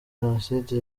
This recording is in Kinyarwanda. jenoside